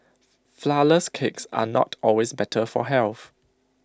Flourless Cakes are not always better for health